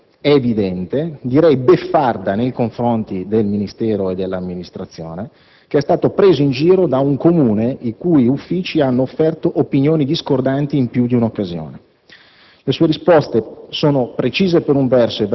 L'illegittimità che si è consumata è totale, evidente, direi beffarda nei confronti del Ministero e dell'Amministrazione, che è stata presa in giro da un Comune i cui uffici hanno espresso opinioni discordanti in più di un'occasione.